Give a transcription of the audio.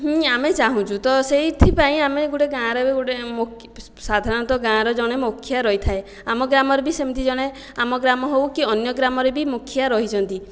ହିଁ ଆମେ ଚାହୁଁଛୁ ତ ସେଥିପାଇଁ ଆମେ ଗୋଟିଏ ଗାଁରେ ଗୋଟିଏ ସାଧାରଣତଃ ଗାଁର ଜଣେ ମୁଖିଆ ରହିଥାଏ ଆମ ଗ୍ରାମରେ ବି ସେମିତି ଜଣେ ଆମ ଗ୍ରାମ ହେଉ କି ଅନ୍ୟ ଗ୍ରାମରେ ବି ମୁଖିଆ ରହିଛନ୍ତି